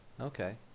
Okay